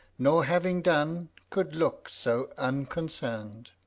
nor having done, could look so unconcern'd.